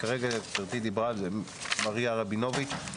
מריה רבינוביץ'